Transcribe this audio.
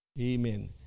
Amen